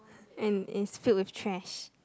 and is filled with chairs